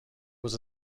was